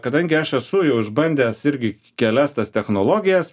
kadangi aš esu jau išbandęs irgi kelias tas technologijas